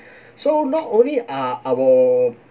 so not only are our